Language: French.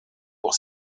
pour